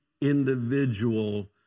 individual